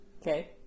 Okay